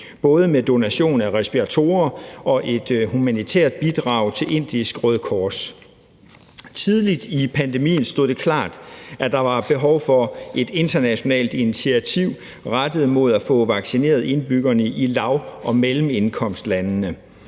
både med donation af respiratorer og med et humanitært bidrag til det indiske Røde Kors. Tidligt i pandemien stod det klart, at der var behov for et internationalt initiativ rettet mod at få vaccineret indbyggerne i lav- og mellemindkomstlande.